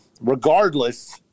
regardless